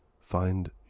find